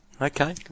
Okay